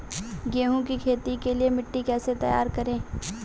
गेहूँ की खेती के लिए मिट्टी कैसे तैयार करें?